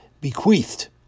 bequeathed